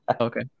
Okay